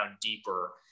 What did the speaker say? deeper